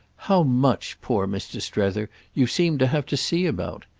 how much, poor mr. strether, you seem to have to see about!